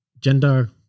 gender